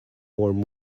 warm